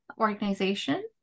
organization